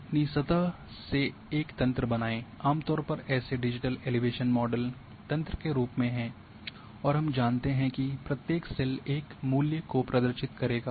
अपनी सतह से एक तंत्र बनाएं आम तौर पर ऐसे डिजिटल एलिवेशन मॉडल तंत्र के रूप में है और हम जानते हैं कि प्रत्येक सेल एक मूल्य का प्रदर्शित करेगा